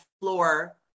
floor